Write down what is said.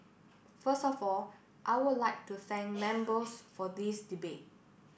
first of all I would like to thank members for this debate